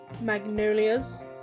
Magnolias